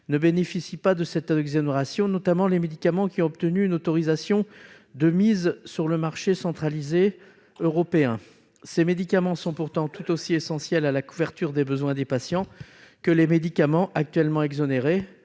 ne bénéficie pas de cette exonération, notamment les médicaments qui ont obtenu une autorisation de mise sur le marché centralisée européenne. Ces médicaments sont pourtant tout aussi essentiels à la couverture des besoins des patients que les médicaments actuellement exonérés.